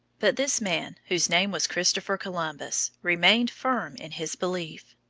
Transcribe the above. but this man, whose name was christopher columbus, remained firm in his belief.